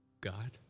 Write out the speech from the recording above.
God